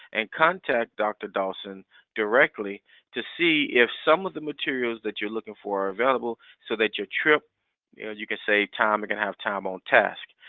and contact dr. dawson directly to see if some of the materials that you're looking for are available so that your trip, yeah as you can save time, you can have time on task.